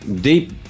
deep